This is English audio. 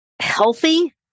healthy